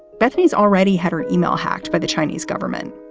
bethany's already had her email hacked by the chinese government,